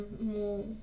more